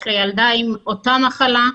יש לי ילדה שסובלת מאותה המחלה.